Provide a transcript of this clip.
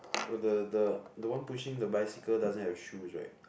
oh the the the one pushing the bicycle doesn't have shoes right